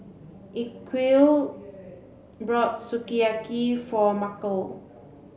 Ezequiel brought Sukiyaki for Markel